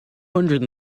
hundred